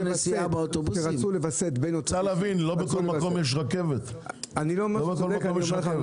צריך להבין שלא בכל מקום יש רכבת מה שמחייב